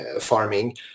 farming